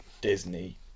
Disney